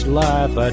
life